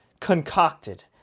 concocted